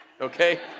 okay